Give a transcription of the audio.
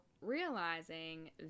realizing